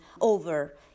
over